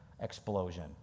explosion